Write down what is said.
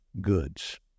goods